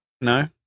No